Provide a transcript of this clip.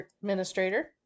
Administrator